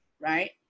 right